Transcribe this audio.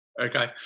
okay